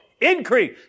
increase